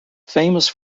famous